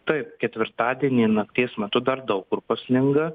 taio ketvirtadienį nakties metu dar daug kur pasninga